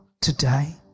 today